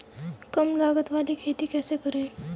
कम लागत वाली खेती कैसे करें?